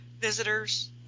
visitors